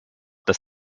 dass